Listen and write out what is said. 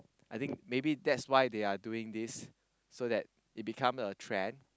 I think maybe that's why they're doing this so that it become a trend